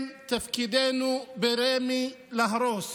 כן, תפקידנו ברמ"י להרוס.